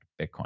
Bitcoin